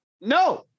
no